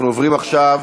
אנחנו עוברים עכשיו